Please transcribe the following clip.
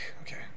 okay